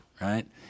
right